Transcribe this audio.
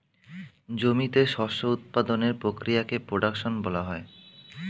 জমিতে শস্য উৎপাদনের প্রক্রিয়াকে প্রোডাকশন বলা হয়